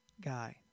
guy